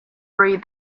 read